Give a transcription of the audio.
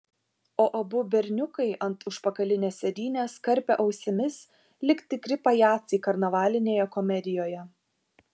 o abu berniukai ant užpakalinės sėdynės karpė ausimis lyg tikri pajacai karnavalinėje komedijoje